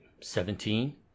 Seventeen